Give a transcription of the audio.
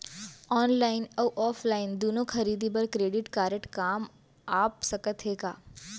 Online अऊ offline दूनो खरीदी बर क्रेडिट कारड काम आप सकत हे का?